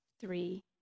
three